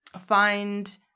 find